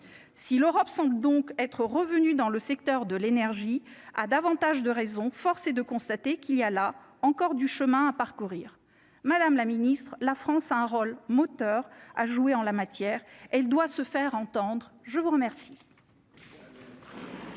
si l'Europe sont donc être revenu dans le secteur de l'énergie à davantage de raison, force est de constater qu'il y a là encore du chemin à parcourir, madame la Ministre, la France a un rôle moteur à jouer en la matière, elle doit se faire entendre, je vous remercie.